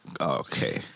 Okay